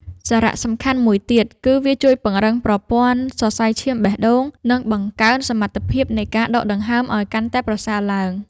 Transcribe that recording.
សារៈសំខាន់មួយទៀត គឺវាជួយពង្រឹងប្រព័ន្ធសរសៃឈាមបេះដូង និងបង្កើនសមត្ថភាពនៃការដកដង្ហើមឱ្យកាន់តែប្រសើរឡើង។